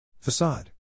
Facade